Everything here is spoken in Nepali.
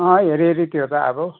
हेरी हेरी त्यो त अब